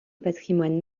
patrimoine